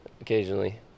occasionally